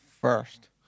first